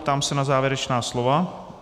Ptám se na závěrečná slova.